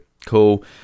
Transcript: cool